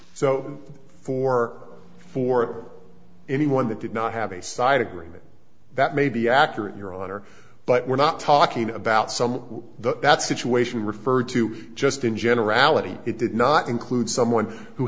so for for anyone that did not have a side agreement that may be accurate your honor but we're not talking about some of the that situation referred to just in generality it did not include someone who